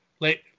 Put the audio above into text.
late